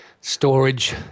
storage